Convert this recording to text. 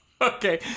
Okay